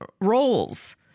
roles